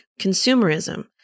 consumerism